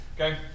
Okay